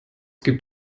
gibt